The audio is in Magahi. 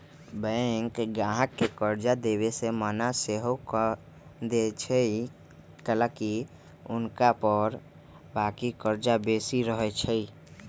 बैंक गाहक के कर्जा देबऐ से मना सएहो कऽ देएय छइ कएलाकि हुनका ऊपर बाकी कर्जा बेशी रहै छइ